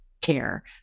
care